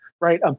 right